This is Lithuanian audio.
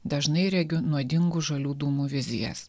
dažnai regiu nuodingų žalių dūmų vizijas